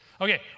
Okay